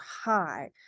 high